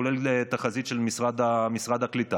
כולל תחזית של משרד הקליטה,